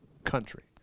country